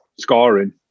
scoring